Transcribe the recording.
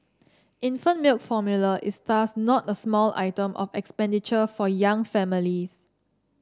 infant milk formula is thus not a small item of expenditure for young families